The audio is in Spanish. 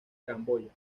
camboya